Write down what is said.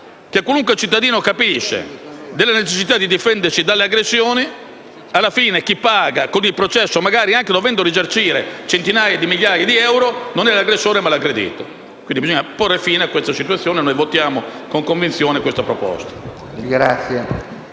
che ciascun cittadino capisce, della necessità di difendersi dalle aggressioni, alla fine chi paga con il processo, magari dovendo anche risarcire centinaia di migliaia di euro, non è l'aggressore ma è l'aggredito. Bisogna porre fine a questa situazione e, quindi, voteremo con convinzione a favore